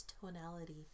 tonality